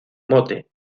mote